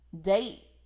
date